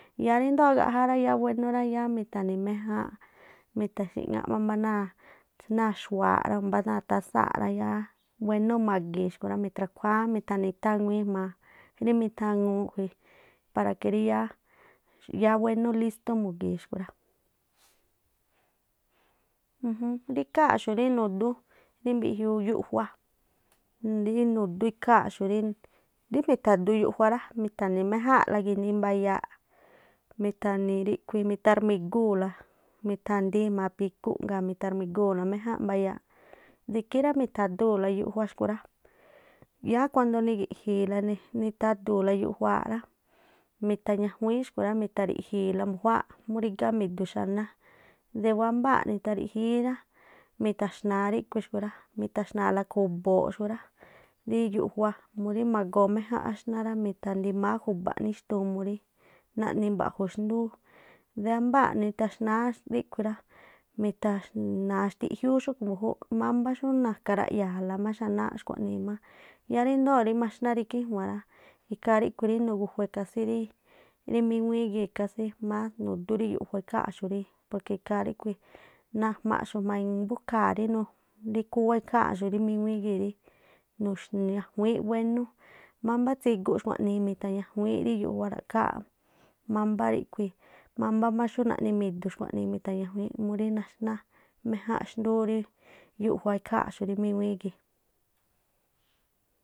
Yáá ríndoo̱ ágaꞌjá rá yáá wénú rá yáá mitha̱ni̱ méjáánꞌ, mitha̱xi̱ꞌŋáꞌ má mbá náa̱ náa̱ xuawaa̱ rá bá náa̱ tasáa̱ rá yáá wénú ma̱gi̱i̱n xúꞌkhui̱ rá, mithrakhuáá mi̱tha̱ni̱ thawíín jma̱a rí mithaŋuu khui̱ para que yáá wénú listú mu̱gi̱i̱n xkhui̱ rá. Ujúún rí ikháa̱nꞌxu̱ rí nudú rí mbiꞌjiuu yuꞌjuá, rí nudú iikháa̱nꞌxu̱ rí rí mi̱tha̱du yuꞌjua rá, mi̱tha̱ni̱ méjáanꞌla ginii mbayaaꞌ, mitha̱ni̱ ríꞌkhui̱ mi̱tharjmi̱guu̱la mithandii jma̱a píkúꞌ ngaa̱ mi̱tarjmi̱guu̱la méjánꞌ mbayaaꞌ de ikhí rá mitha̱duu̱la yuꞌjua xkhui̱ rá, yáá kuando nigi̱ꞌji̱i̱la niꞌ- nitha̱du̱u̱la- yujuaa rá. Mitha̱ñajuíínꞌ xkhui̱ rá, mitha̱ri̱gi̱i̱ la xkhu̱ mbu̱juáá murí rígá mi̱du̱ xaná, de wámbáa̱ꞌ nithariꞌjíí rá, mithaxna̱a̱la khu̱bo̱o̱ xku̱ rá, rí yuꞌjuá murí magoo méjánꞌ áxná rá, mithandimáá ju̱ba̱ꞌ nixtuun murí naꞌni mba̱ꞌju̱ xndúú. De ámbáa̱ꞌ nithaxnáá ríꞌkhui̱ rá, mithaxnaa̱ xtiꞌjiúú xúꞌkhu̱ mbu̱júúꞌ mámbá xú na̱ka̱ raꞌya̱a̱la má xanááꞌ xkhuaꞌnii má. Yáá ríndoo̱ maxná rikijua̱n rá, ikhaa ríkhui̱ rí nugujue̱ kasí rí míŋuíí gii̱ kásí mas nudú rí yuꞌjua ikháa̱nꞌxu̱ porque ikhaa ríkhui̱ najmaaxu̱ꞌ jmain mbúkha̱a̱ rí khúwá ikháa̱nꞌxu̱ rí míŋuíí gii̱ rí nuxniajuííꞌ wénú. Mámbá tsiguꞌ xkuaꞌnii mitha̱juíínꞌ ri yuꞌjua ra̱ꞌkháá mámbá ríꞌkhui̱, mámbá má xú naꞌni̱ mi̱du̱ xkhuaꞌnii, mitha̱ñajuíínꞌ murí maxná méjánꞌ xndúú rí yujua rí ikháa̱nꞌxu̱ rí míŋuíí gii̱.